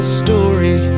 story